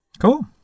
Cool